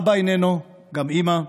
אבא איננו, וגם אימא.